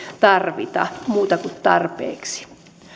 tarvita muuten kuin tarpeeksi